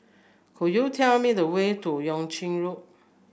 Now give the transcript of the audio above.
could you tell me the way to Yuan Ching Road